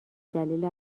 دلیل